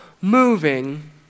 moving